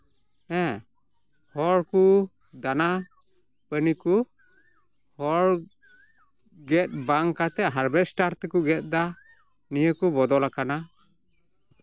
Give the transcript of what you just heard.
ᱦᱮᱸ ᱦᱚᱲ ᱠᱚ ᱫᱟᱱᱟ ᱠᱟᱹᱢᱤ ᱠᱚ ᱦᱚᱲ ᱜᱮᱫ ᱵᱟᱝ ᱠᱟᱛᱮᱫ ᱦᱟᱨᱵᱮᱥᱴᱟᱨ ᱛᱮᱠᱚ ᱜᱮᱫ ᱫᱟ ᱱᱤᱭᱟᱹᱠᱚ ᱵᱚᱫᱚᱞ ᱟᱠᱟᱱᱟ